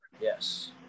yes